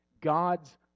god's